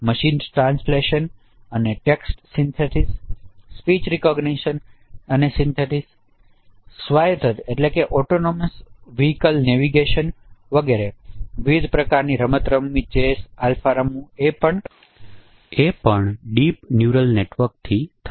જેમકે machine translation અને text synthesis speech recognition અને સિંથેસિસ સ્વાયત્ત વાહન નેવિગેશન વગેરે વિવિધ પ્રકારનાં રમતો રમવું ચેસ આલ્ફા રમવું એ પણ ડીપ ન્યુરલ નેટવર્ક થી થાય છે